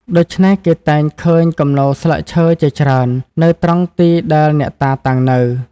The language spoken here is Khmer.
ដូច្នេះ គេតែងឃើញគំនរស្លឹកឈើជាច្រើននៅត្រង់ទីដែលអ្នកតាតាំងនៅ។